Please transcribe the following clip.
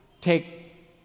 take